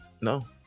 No